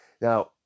Now